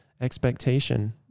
expectation